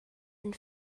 and